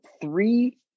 three